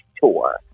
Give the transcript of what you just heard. tour